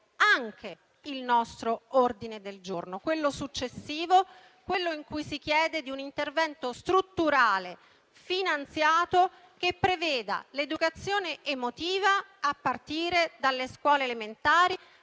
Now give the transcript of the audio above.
anche il nostro ordine del giorno, quello successivo, in cui si chiede un intervento strutturale e finanziato che preveda l'educazione emotiva a partire dalle scuole elementari,